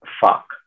fuck